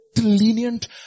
lenient